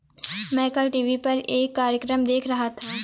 मैं कल टीवी पर एक कार्यक्रम देख रहा था